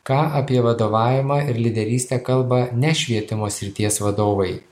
ką apie vadovavimą ir lyderystę kalba ne švietimo srities vadovai